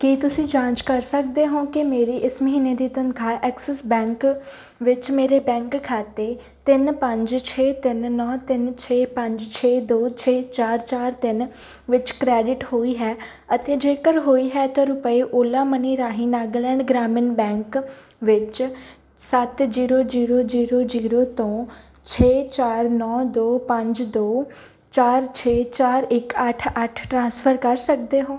ਕੀ ਤੁਸੀਂਂ ਜਾਂਚ ਕਰ ਸਕਦੇ ਹੋ ਕਿ ਮੇਰੀ ਇਸ ਮਹੀਨੇ ਦੀ ਤਨਖਾਹ ਐਕਸਿਸ ਬੈਂਕ ਵਿੱਚ ਮੇਰੇ ਬੈਂਕ ਖਾਤੇ ਤਿੰਨ ਪੰਜ ਛੇ ਤਿੰਨ ਨੌਂ ਤਿੰਨ ਛੇ ਪੰਜ ਛੇ ਦੋ ਛੇ ਚਾਰ ਚਾਰ ਤਿੰਨ ਵਿੱਚ ਕ੍ਰੈਡਿਟ ਹੋਈ ਹੈ ਅਤੇ ਜੇਕਰ ਹੋਈ ਹੈ ਤਾਂ ਰੁਪਏ ਓਲਾ ਮਨੀ ਰਾਹੀਂ ਨਾਗਾਲੈਂਡ ਗ੍ਰਾਮੀਣ ਬੈਂਕ ਵਿੱਚ ਸੱਤ ਜੀਰੋ ਜੀਰੋ ਜੀਰੋ ਜੀਰੋ ਤੋਂ ਛੇ ਚਾਰ ਨੌਂ ਦੋ ਪੰਜ ਦੋ ਚਾਰ ਛੇ ਚਾਰ ਇੱਕ ਅੱਠ ਅੱਠ ਟ੍ਰਾਂਸਫਰ ਕਰ ਸਕਦੇ ਹੋ